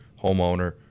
homeowner